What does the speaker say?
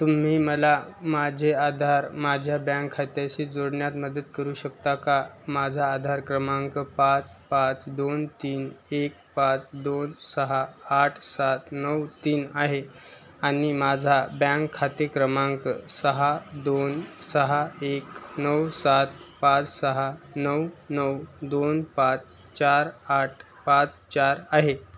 तुम्ही मला माझे आधार माझ्या बँक खात्याशी जोडण्यात मदत करू शकता का माझा आधार क्रमांक पाच पाच दोन तीन एक पाच दोन सहा आठ सात नऊ तीन आहे आणि माझा बँक खाते क्रमांक सहा दोन सहा एक नऊ सात पाच सहा नऊ नऊ दोन पाच चार आठ पाच चार आहे